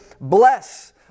bless